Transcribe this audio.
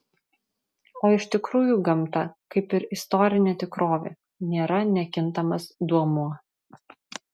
o iš tikrųjų gamta kaip ir istorinė tikrovė nėra nekintamas duomuo